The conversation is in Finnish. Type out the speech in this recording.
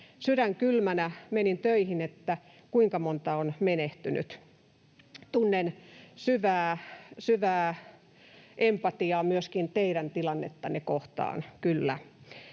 sydän kylmänä menin töihin: kuinka monta on menehtynyt. Tunnen syvää, syvää empatiaa myöskin teidän tilannettanne kohtaan